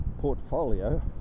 portfolio